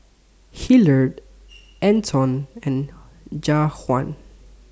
Hillard Anton and Jajuan